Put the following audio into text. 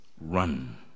Run